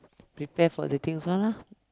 prepare for the things ah